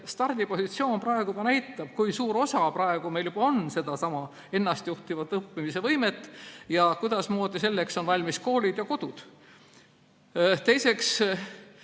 stardipositsioon näitab, kui suur osa meil praegu juba on sedasama ennastjuhtiva õppimise võimet ja kuidas selleks on valmis koolid ja kodud. Teiseks,